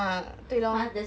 ah 对 lor